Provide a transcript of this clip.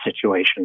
situation